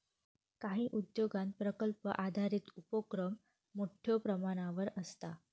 काही उद्योगांत प्रकल्प आधारित उपोक्रम मोठ्यो प्रमाणावर आसता